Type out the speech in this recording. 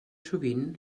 sovint